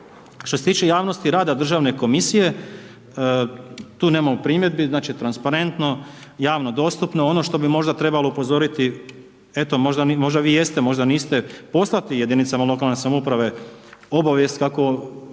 Što se tiče javnosti rada državne komisije, tu nemamo primjedbi, znači transparentno, javno dostupno. Ono što bi možda trebalo upozoriti, eto, možda vi jeste, možda niste poslati jedinicama lokalne samouprave obavijest kako